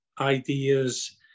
ideas